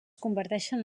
converteixen